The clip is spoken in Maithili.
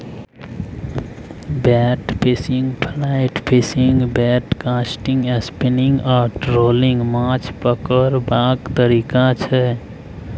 bait fishing, fly fishing, bait casting, spinning आ ट्रोलिंग माछ पकरबाक तरीका छै